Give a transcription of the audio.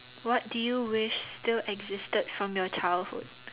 what do you wish still existed from your childhood